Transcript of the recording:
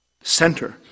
Center